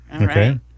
Okay